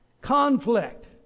Conflict